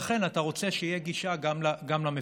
לכן, אתה רוצה שתהיה גישה גם למפקחים.